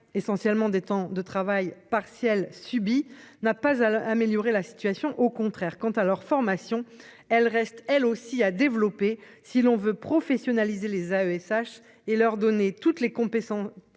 essentiellement des temps de travail partiel subi n'a pas à améliorer la situation, au contraire. Quant à leur formation, elle reste elle aussi à développer. Si l'on veut professionnaliser les AESH et leur donner toutes les compétences